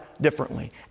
differently